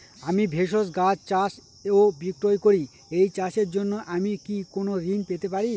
আমি ভেষজ গাছ চাষ ও বিক্রয় করি এই চাষের জন্য আমি কি কোন ঋণ পেতে পারি?